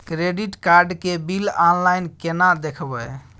Credit card के bill online केना देखबय?